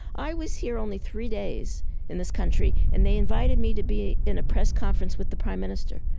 i was here only three days in this country and they invited me to be in a press conference with the prime minister.